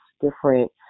different